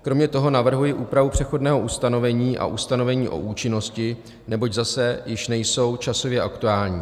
Kromě toho navrhuji úpravu přechodného ustanovení a ustanovení o účinnosti, neboť zase již nejsou časově aktuální.